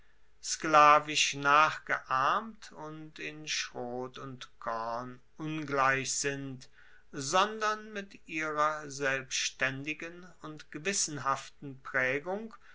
sklavisch nachgeahmt und in schrot und korn ungleich sind sondern mit ihrer selbstaendigen und gewissenhaften praegung